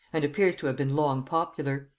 and appears to have been long popular.